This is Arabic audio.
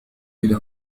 إلى